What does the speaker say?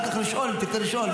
תוכל אחר כך לשאול אם תרצה לשאול.